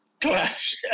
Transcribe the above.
clash